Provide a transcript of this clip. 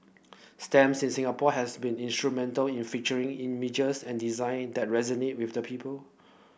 stamps in Singapore has been instrumental in featuring images and design that resonate with the people